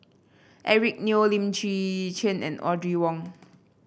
Eric Neo Lim Chwee Chian and Audrey Wong